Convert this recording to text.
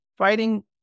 Fighting